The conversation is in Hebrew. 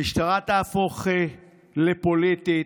המשטרה תהפוך לפוליטית,